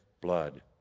blood